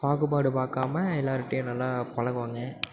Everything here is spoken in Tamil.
பாகுபாடு பார்க்காம எல்லாேருகிட்டயும் நல்லா பழகு வாங்க